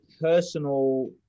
personal